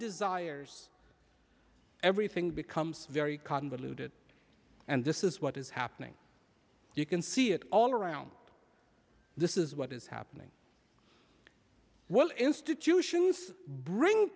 desires everything becomes very convoluted and this is what is happening you can see it all around this is what is happening will institutions bring